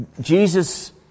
Jesus